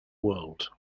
world